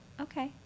okay